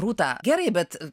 rūta gerai bet